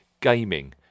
gaming